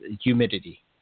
humidity